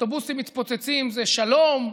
אוטובוסים מתפוצצים זה שלום,